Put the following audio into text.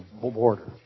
border